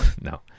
No